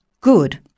good